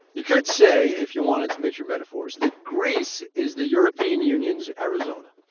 you could say, if you wanted to mix your metaphors, that greece is the european union's arizona.